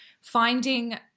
finding